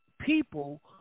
people